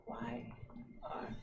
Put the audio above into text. Y-R